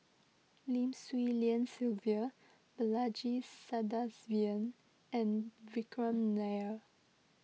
Lim Swee Lian Sylvia Balaji Sadasivan and Vikram Nair